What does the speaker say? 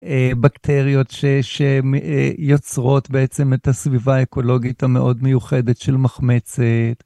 אה... בקטריות ש-שמ-א-יוצרות בעצם את הסביבה האקולוגית המאוד מיוחדת של מחמצת.